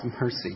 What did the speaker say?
mercy